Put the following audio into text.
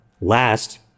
Last